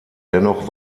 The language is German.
dennoch